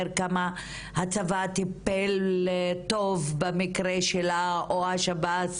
כמה הצבא טיפל טוב במקרה שלה או שירות בתי הסוהר,